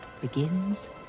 begins